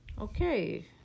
Okay